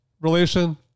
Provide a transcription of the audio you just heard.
relation